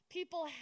People